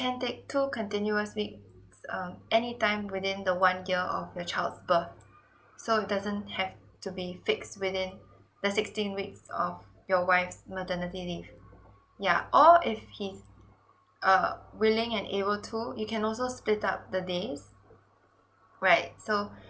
can take two continuous weeks um any time within the one year of your child's birth so it doesn't have to be fix within the sixteen weeks of your wife's maternity leave yeah or if he's err willing and able to you can also split up the days right so